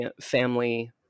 family